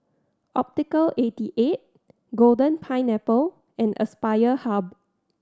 Optical eighty eight Golden Pineapple and Aspire Hub